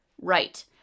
Right